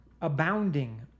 abounding